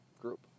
group